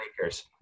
Lakers